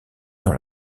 dans